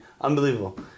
Unbelievable